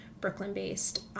Brooklyn-based